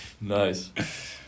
nice